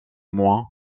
moins